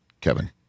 Kevin